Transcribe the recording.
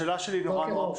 השאלה שלי מאוד פשוטה.